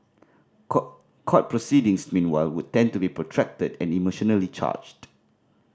court court proceedings meanwhile would tend to be protracted and emotionally charged